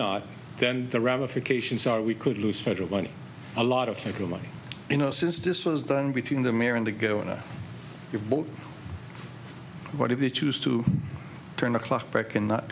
not then the ramifications are we could lose federal money a lot of federal money you know since this was done between the mayor and to go into your boat what it used to turn the clock back and not